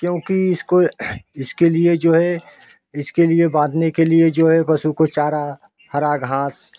क्योंकि इसको इसके लिए जो है इसके लिए बांधने के लिए जो है पशु को चारा हरा घास